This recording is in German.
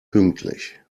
pünktlich